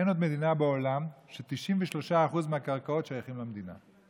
אין עוד מדינה בעולם שבה 93% מהקרקעות שייכים למדינה.